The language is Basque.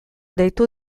deitu